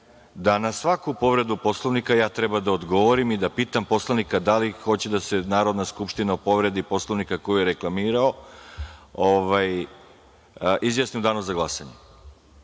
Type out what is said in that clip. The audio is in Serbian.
da na svaku povredu Poslovnika ja treba da odgovorim i da pitam poslanika da li hoće da se Narodna skupština o povredi Poslovnika, koju je reklamirao, izjasni u danu za glasanje.